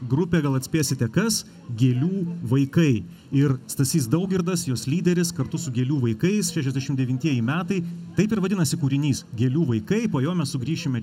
grupė gal atspėsite kas gėlių vaikai ir stasys daugirdas jos lyderis kartu su gėlių vaikais šešiasdešim devintieji metai taip ir vadinasi kūrinys gėlių vaikai po jo mes sugrįšime